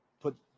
put